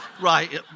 Right